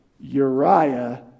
Uriah